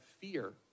fear